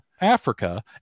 Africa